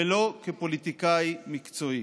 ולא כפוליטיקאי מקצועי.